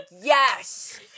yes